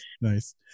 Nice